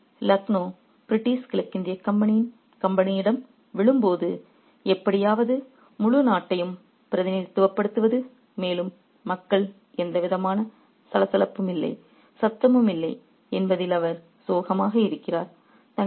எனவே லக்னோ பிரிட்டிஷ் கிழக்கிந்திய கம்பெனியிடம் விழும்போது எப்படியாவது முழு நாட்டையும் பிரதிநிதித்துவப்படுத்துகிறது மேலும் மக்கள் எந்தவிதமான சலசலப்பும் இல்லை சத்தமும் இல்லை என்பதில் அவர் சோகமாக இருக்கிறார்